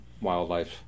wildlife